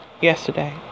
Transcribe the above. yesterday